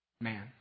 man